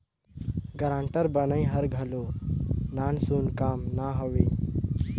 guarantor बनई हर घलो नानसुन काम ना हवे